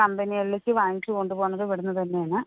കമ്പനികളിലേക്ക് വാങ്ങിച്ചു കൊണ്ട് പോകുന്നത് ഇവിടുന്ന് തന്നെയാണ്